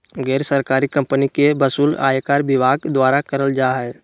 गैर सरकारी कम्पनी के वसूली आयकर विभाग द्वारा करल जा हय